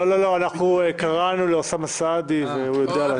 לא, אנחנו קראנו לאוסמה סעדי והוא יודע על הדיון.